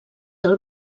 del